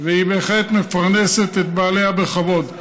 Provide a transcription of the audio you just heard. והיא בהחלט מפרנסת את בעליה בכבוד.